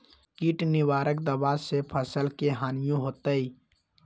किट निवारक दावा से फसल के हानियों होतै?